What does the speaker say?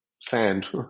sand